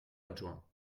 adjoint